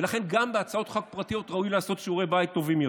ולכן גם בהצעות חוק פרטיות ראוי לעשות שיעורי בית טובים יותר.